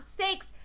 sakes